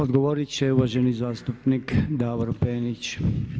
Odgovorit će uvaženi zastupnik Davor Penić.